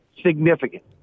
significant